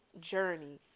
journey